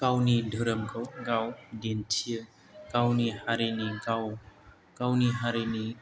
गावनि धोरोमखौ गाव दिन्थियो गावनि हारिनि गाव गावनि हारिनि